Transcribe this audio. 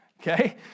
Okay